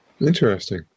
Interesting